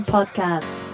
Podcast